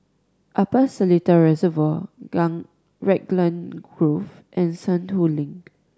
Upper Seletar Reservoir Raglan Grove and Sentul Link